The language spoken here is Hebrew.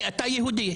כי אתה יהודי.